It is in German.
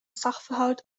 sachverhalt